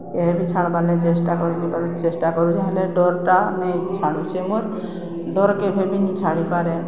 କେବେ ବି ଛାଡ଼୍ବାର୍ ଲାଗି ଚେଷ୍ଟା କରିନି ପାରୁ ଚେଷ୍ଟା କରୁଚେଁ ହେଲେ ଡର୍ଟା ନେଇ ଛାଡ଼ୁଛେ ମୋର୍ ଡର୍କେ କେଭେ ବି ନି ଛାଡ଼ିପାରେ